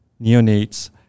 neonates